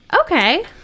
Okay